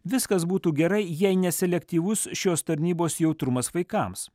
viskas būtų gerai jei ne selektyvus šios tarnybos jautrumas vaikams